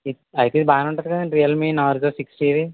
అయితే ఇది బాగానే ఉంటుంది కదండి Realme Narzo sixty the